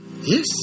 Yes